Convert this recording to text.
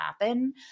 happen